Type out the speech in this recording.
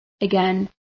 Again